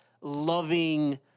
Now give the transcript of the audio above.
loving